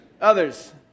Others